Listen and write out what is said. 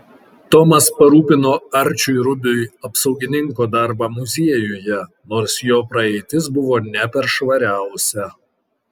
tomas parūpino arčiui rubiui apsaugininko darbą muziejuje nors jo praeitis buvo ne per švariausia